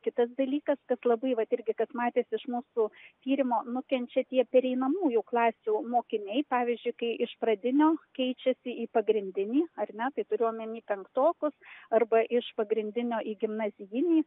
kitas dalykas kad labai vat irgi kas matėsi iš mūsų tyrimo nukenčia tie pereinamųjų klasių mokiniai pavyzdžiui kai iš pradinio keičiasi į pagrindinį ar ne tai turiu omeny penktokus arba iš pagrindinio į gimnazijinį